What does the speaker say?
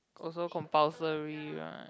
also compulsory right